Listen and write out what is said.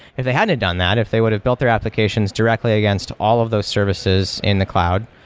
if they hadn't done that, if they would've built their applications directly against all of those services in the cloud,